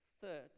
Third